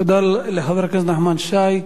תודה לחבר הכנסת נחמן שי.